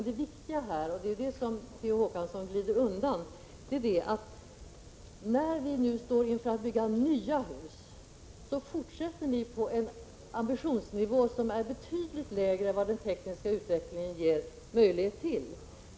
Det viktiga här, som P. O. Håkansson glider undan, är att när vi nu står i begrepp att bygga nya hus fortsätter ni på en ambitionsnivå som är betydligt lägre än vad den tekniska utvecklingen ger möjlighet till.